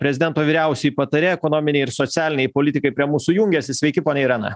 prezidento vyriausioji patarėja ekonominei ir socialinei politikai prie mūsų jungiasi sveiki ponia irena